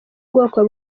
bwoko